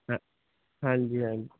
ਹ ਹਾਂਜੀ ਹਾਂਜੀ